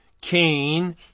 Cain